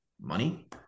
Money